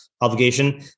obligation